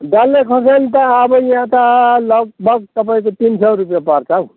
डल्ले खोर्सानी त अब यहाँ त लगभग तपाईँको तिन सय रुपियाँ पर्छ हौ